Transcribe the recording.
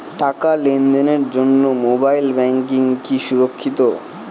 টাকা লেনদেনের জন্য মোবাইল ব্যাঙ্কিং কি সুরক্ষিত?